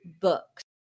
books